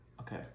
Okay